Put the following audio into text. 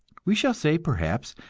we shall say, perhaps,